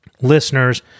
listeners